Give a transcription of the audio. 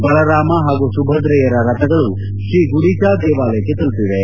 ಬಲರಾಮ ಹಾಗೂ ಸುಬದ್ರೆಯರ ರಥಗಳು ಶ್ರೀ ಗುಡಿಚಾ ದೇವಾಲಯಕ್ಕೆ ತಲುಪಿವೆ